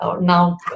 now